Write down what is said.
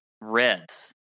Reds